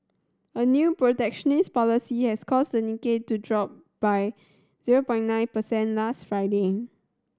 a new protectionist policy has caused the Nikkei to drop by zero point nine percent last Friday